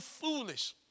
foolish